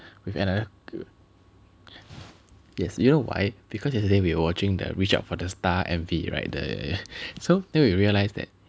with anoth~ yes you know why because yesterday we were watching the Reach Out For the Star M_V right the so then we realised that